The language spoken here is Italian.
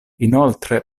inoltre